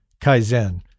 Kaizen